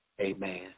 Amen